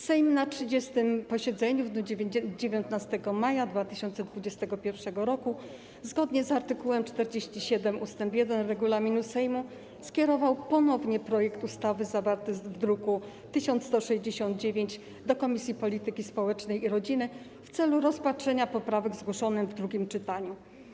Sejm na 30. posiedzeniu w dniu 19 maja 2021 r. zgodnie z art. 47 ust. 1 regulaminu Sejmu skierował ponownie projekt ustawy zawarty w druku nr 1169 do Komisji Polityki Społecznej i Rodziny w celu rozpatrzenia poprawek zgłoszonych w drugim czytaniu.